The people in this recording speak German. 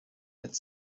mit